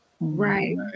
Right